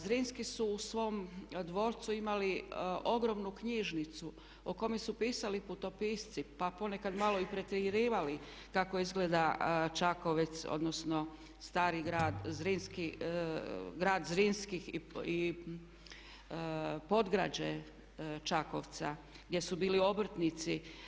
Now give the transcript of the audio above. Zrinski su u svom dvorcu imali ogromnu knjižnicu o kojoj su pisali putopisci pa ponekad malo i pretjerivali kako izgleda Čakovec odnosno Stari grad Zrinski, grad Zrinskih i podgrađe Čakovca gdje su bili obrtnici.